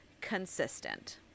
consistent